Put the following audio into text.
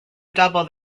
double